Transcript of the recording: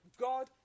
God